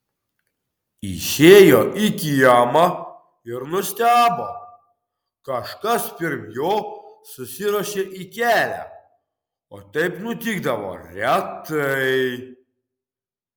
išėjo į kiemą ir nustebo kažkas pirm jo susiruošė į kelią o taip nutikdavo retai